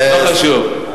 לא חשוב.